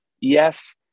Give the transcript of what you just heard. yes